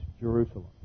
Jerusalem